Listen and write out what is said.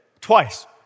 twice